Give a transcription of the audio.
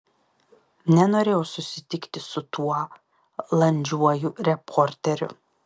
nenorėjau susitikti su tuo landžiuoju reporteriu